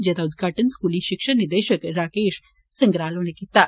जेदा उदघाटन स्कूली शिक्षा निदेशक राकेश संगराल होरें कीत्ता